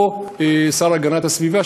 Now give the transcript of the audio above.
או השר להגנת הסביבה,